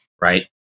right